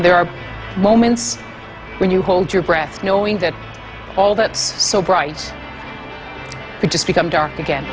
there are moments when you hold your breath knowing that all that's so bright it just become dark again